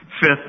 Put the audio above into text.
Fifth